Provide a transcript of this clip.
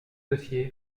dossier